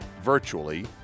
virtually